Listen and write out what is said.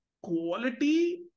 quality